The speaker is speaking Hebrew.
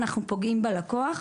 אנחנו פוגעים בלקוח.